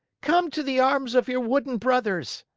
come to the arms of your wooden brothers!